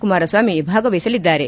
ಕುಮಾರಸ್ವಾಮಿ ಭಾಗವಹಿಸಲಿದ್ದಾರೆ